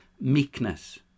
meekness